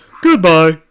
Goodbye